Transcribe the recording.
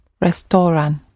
Restaurant